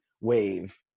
wave